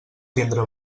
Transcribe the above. tindre